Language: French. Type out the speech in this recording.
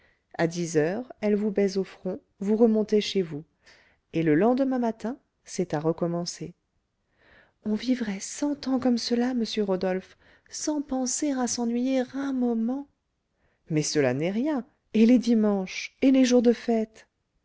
à dix heures elle vous baise au front vous remontez chez vous et le lendemain matin c'est à recommencer on vivrait cent ans comme cela monsieur rodolphe sans penser à s'ennuyer un moment mais cela n'est rien et les dimanches et les jours de fêtes